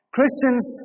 Christians